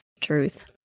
Truth